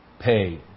pay